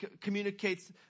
communicates